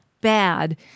bad